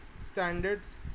Standards